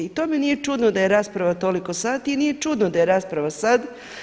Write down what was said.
I to mi nije čudno da je rasprava toliko sati i nije čudno da je rasprava sad.